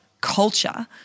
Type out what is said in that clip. culture